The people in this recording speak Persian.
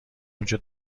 اونچه